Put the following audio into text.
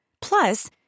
Plus